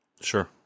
Sure